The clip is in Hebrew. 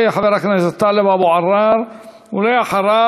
יעלה חבר הכנסת טלב אבו עראר, ואחריו,